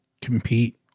compete